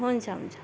हुन्छ हुन्छ